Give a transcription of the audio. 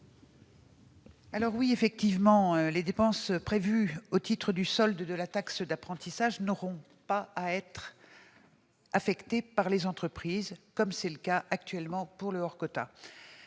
de la commission ? Les dépenses prévues au titre du solde de la taxe d'apprentissage n'auront pas à être affectées par les entreprises comme c'est le cas actuellement pour le « hors quota